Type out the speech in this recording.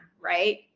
right